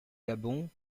gabon